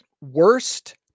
Worst